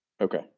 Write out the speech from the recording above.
Okay